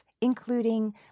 including